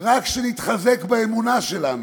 רק כשנתחזק באמונה שלנו,